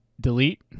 delete